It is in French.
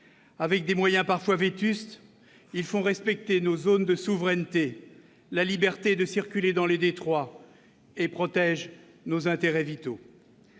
Avec des moyens parfois vétustes, ils font respecter nos zones de souveraineté, la liberté de circuler dans les détroits et protègent nos intérêts vitaux.